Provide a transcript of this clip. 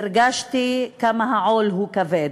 והרגשתי כמה העול הוא כבד,